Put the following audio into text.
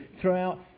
throughout